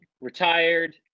retired